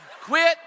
Quit